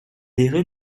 errait